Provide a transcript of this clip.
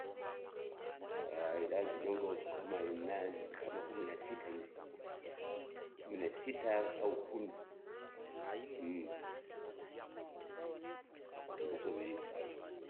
irangi nyongosu kama linane kama kumi nasita ivi, kumi nasita au kumi, syondisovile isyo.